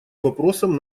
вопросом